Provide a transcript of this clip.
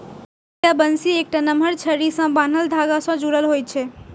hook या बंसी एकटा नमहर छड़ी सं बान्हल धागा सं जुड़ल होइ छै